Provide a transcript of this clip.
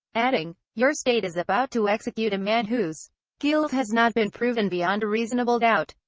adding your state is about to execute a man whose guilt has not been proven beyond a reasonable doubt.